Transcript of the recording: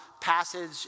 passage